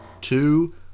two